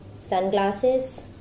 sunglasses